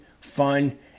fun